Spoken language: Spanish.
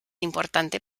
importante